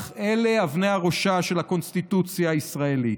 גיסא הם אבני ראשה של הקונסטיטוציה הישראלית.